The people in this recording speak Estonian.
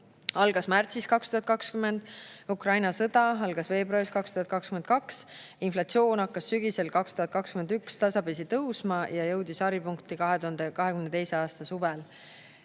algas märtsis 2020, Ukraina sõda algas veebruaris 2022, inflatsioon hakkas sügisel 2021 tasapisi tõusma ja jõudis haripunkti 2022. aasta suvel.